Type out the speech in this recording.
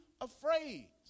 afraid